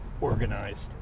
organized